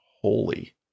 holy